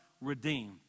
redeem